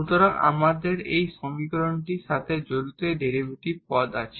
সুতরাং আমাদের এই সমীকরণগুলির সাথে জড়িত এই ডেরিভেটিভ টার্ম আছে